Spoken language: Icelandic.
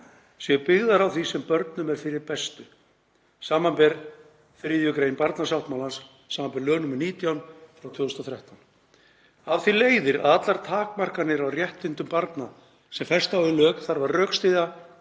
séu byggðar á því sem börnum er fyrir bestu, sbr. 3. grein barnasáttmálans, sbr. lög nr. 19/2013. Af því leiðir að allar takmarkanir á réttindum barna sem festa á í lög þarf að rökstyðja